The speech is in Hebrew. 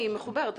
היא מחוברת.